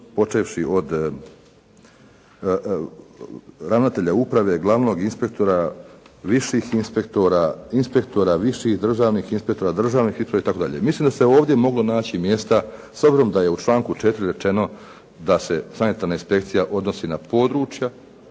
počevši od ravnatelja uprave, glavnog inspektora, viših inspektora, inspektora viših državnih inspektora državnih itd. Mislim da se ovdje moglo naći mjesta s obzirom da je u članku 4. rečeno da se sanitarna inspekcija odnosi na područja